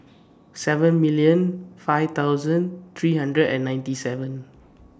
seven million five thousand three hundred and ninety seven